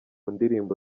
ndirimbo